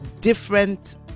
different